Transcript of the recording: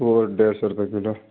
وہ ڈیڑھ سو روپئے کلو